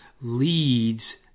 leads